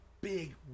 big